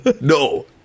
No